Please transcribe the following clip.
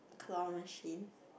claw machine